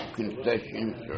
concessions